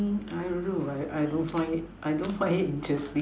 I don't know I I don't find it I don't find it interesting